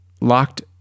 locked